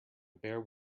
bare